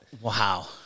wow